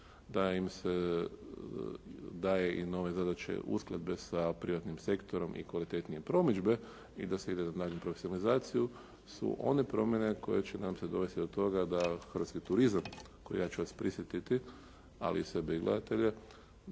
da im se daju i nove zadaće uskladbe sa privatnim sektorom i kvalitetnije promidžbe i da se ide na daljnju profesionalizaciju s u one promjene koje će nas dovesti do toga da hrvatski turizam, koji ja ću vas prisjetiti, ali i sebe i gledatelje